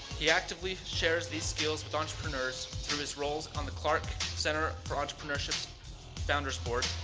he actively shares these skills with entrepreneurs through his roles on the clark center for entrepreneurships founders board.